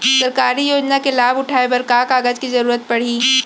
सरकारी योजना के लाभ उठाए बर का का कागज के जरूरत परही